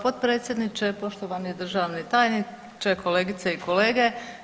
potpredsjedniče, poštovani državni tajniče, kolegice i kolege.